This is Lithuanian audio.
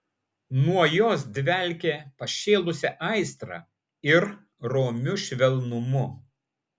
nuo jos dvelkė pašėlusia aistra ir romiu švelnumu